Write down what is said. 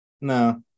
No